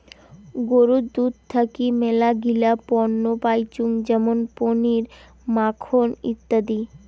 গরুর দুধ থাকি মেলাগিলা পণ্য পাইচুঙ যেমন পনির, মাখন ইত্যাদি